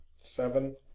seven